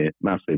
massive